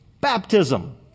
Baptism